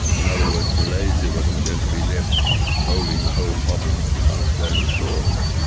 in other words, malaysia wasn't going to be left holding the whole problem on its own shores.